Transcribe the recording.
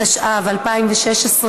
התשע"ו 2016,